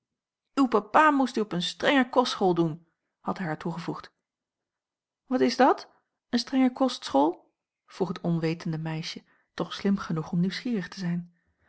uw papa moest u op een strenge kostschool doen had hij haar toegevoegd wat is dat een strenge kostschool vroeg het onwetende meisje toch slim genoeg om nieuwsgierig te zijn